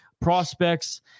prospects